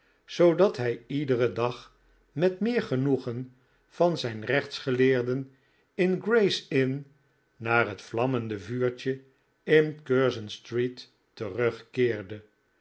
zoodat hij iederen dag met meer genoegen van zijn rechtsgeleerden in gray's inn naar het vlammende vuurtje in curzon street terugkeerde